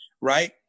right